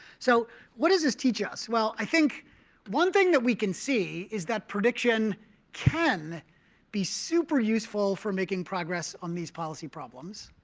so what does this teach us? well, i think one thing that we can see is that prediction can be super useful for making progress on these policy problems.